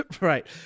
Right